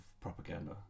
propaganda